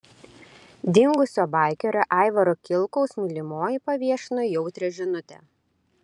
dingusio baikerio aivaro kilkaus mylimoji paviešino jautrią žinutę